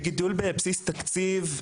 בגידול בסיס תקציב,